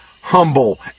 humble